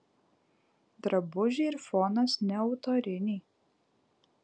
drabužiai ir fonas neautoriniai